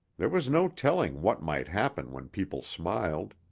there was no telling what might happen when people smiled.